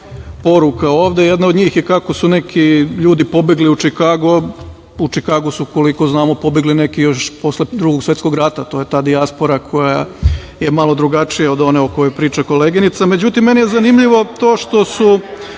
poruka ovde. Jedna od njih je kako su neki ljudi pobegli u Čikago. U Čikago su, koliko znamo, pobegli neki još posle Drugog svetskog rata, to je ta dijaspora koja je malo drugačija od one o kojoj priča koleginica.Međutim, meni je zanimljivo to što su